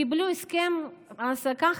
קיבלו הסכם העסקה חדש,